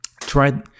try